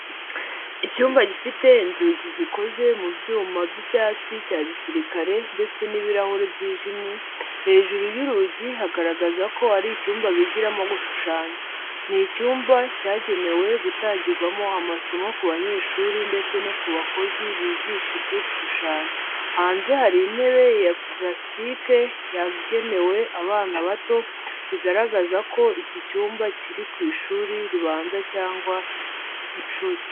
Icyumba gifite inzugi zikoze mu byuma by'icyatsi cya gisirikare ndetse n'ibirahure byijimye, hejuru y'urugi hagaragaza ko ari icyumba bigiramo gushushanya. Ni icyumba cyagenewe gutangirwamo amasomo ku banyeshuri ndetse no ku bakozi bigisha ibyo gushushanya. Hanze hari intebe ya purasitike yagenewe abana bato, bigaragaza ko iki cyumba kiri ku ishuri ribanza cyangwa iry'incuke.